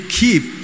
keep